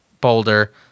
boulder